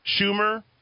Schumer